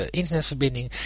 internetverbinding